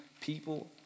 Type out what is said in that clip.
people